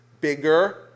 bigger